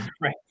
Right